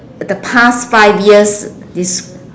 the past five years